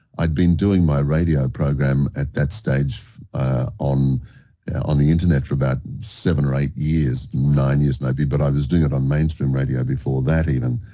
i had been doing my radio program at that stage on on the internet for about seven or eight years, nine years maybe, but i was doing it on mainstream radio before that even.